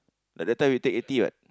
like that time we take eighty what